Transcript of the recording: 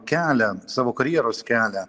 kelią savo karjeros kelią